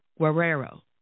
Guerrero